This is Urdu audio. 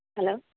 ہلو